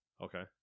Okay